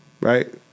right